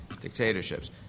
dictatorships